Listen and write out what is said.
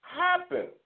happen